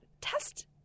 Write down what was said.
test